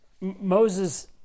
Moses